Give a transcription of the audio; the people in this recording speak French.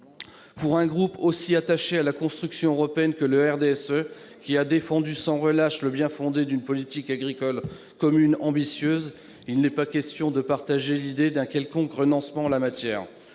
Pour un groupe aussi attaché à la construction européenne que celui du RDSE, lequel a défendu sans relâche le bien-fondé d'une politique agricole commune ambitieuse, il n'est pas question de partager l'idée d'un quelconque renoncement en la matière.